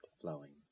flowing